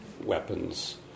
weapons